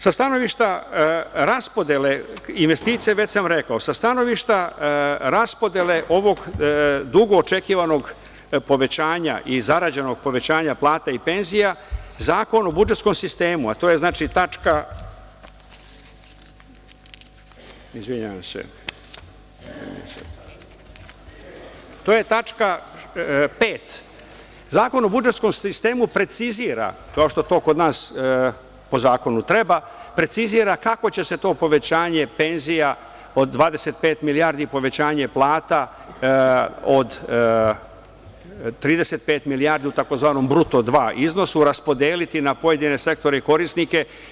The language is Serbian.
Sa stanovišta raspodele investicija, već sam rekao, sa stanovišta raspodele ovog dugo očekivanog povećanja i zarađenog povećanja plata i penzija, Zakon o budžetskom sistemu, a to je znači tačka 5. Zakon o budžetskom sistemu precizira, kao što to kod nas po zakonu treba, precizira kako će se to povećanje penzija od 25 milijardi, povećanje plata od 35 milijardi, u tzv. bruto dva iznosu raspodeliti na pojedine sektore i korisnike.